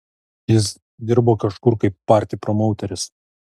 jis dirbo kažkur kaip party promauteris